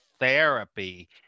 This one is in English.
therapy